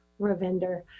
ravinder